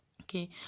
Okay